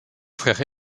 frère